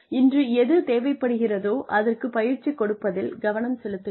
இன்று எது தேவைப்படுகிறதோ அதற்குப் பயிற்சி கொடுப்பதில் கவனம் செலுத்துங்கள்